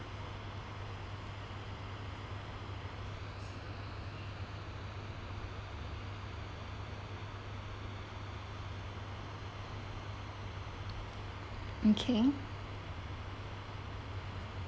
okay